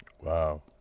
Wow